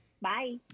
Bye